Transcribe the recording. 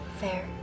Fair